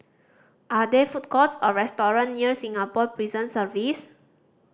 are there food courts or restaurant near Singapore Prison Service